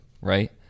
right